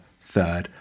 third